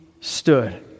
stood